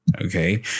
Okay